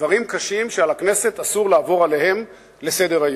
דברים קשים שלכנסת אסור לעבור עליהם לסדר-היום.